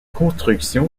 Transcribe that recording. construction